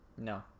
No